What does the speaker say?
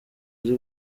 uzi